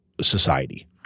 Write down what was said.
society –